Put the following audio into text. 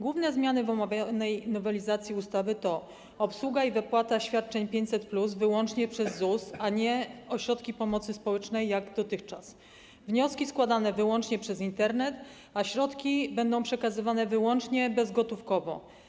Główne zmiany w omawianej nowelizacji ustawy to obsługa i wypłata świadczeń 500+ wyłącznie przez ZUS, a nie ośrodki pomocy społecznej, jak dotychczas, wnioski będą składane wyłącznie przez Internet, a środki będą przekazywane wyłącznie bezgotówkowo.